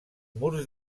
murs